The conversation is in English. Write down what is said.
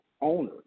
owner